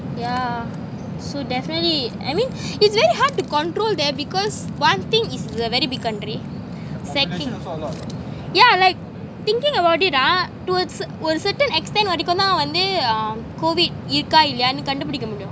yeah so definitely I mean it's very hard to control there because one thing is a very big country second yeah like thinking about it ah to a to a certain extend அதுக்கப்பொமா வந்து:athukappoma vanthu C_O_V_I_D இருக்கா இல்லையானு கண்டு பிடிக்க முடியும்:irukka illaiyanu kandu pidikka mudiyum